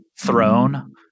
throne